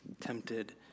tempted